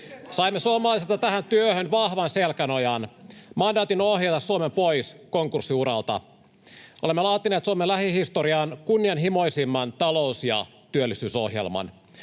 Saimme suomalaisilta tähän työhön vahvan selkänojan, mandaatin ohjata Suomen pois konkurssiuralta. Olemme laatineet Suomen lähihistorian kunnianhimoisimman talous- ja työllisyysohjelman.